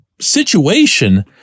situation